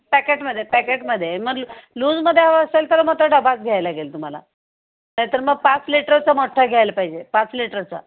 पॅकेटमध्ये पॅकेटमध्ये मग लूजमध्ये हवं असेल तर मग तो डबाच घ्यायला लागेल तुम्हाला नाहीतर मग पाच लिटरचं मोठ्ठं घ्यायला पाहिजे पाच लिटरचा